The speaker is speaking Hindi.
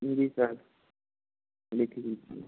जी सर लिख लीजिए